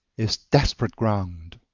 is desperate ground.